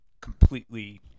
completely